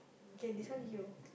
okay this one you